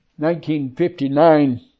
1959